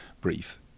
brief